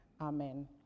Amen